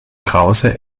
krause